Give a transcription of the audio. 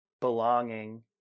belonging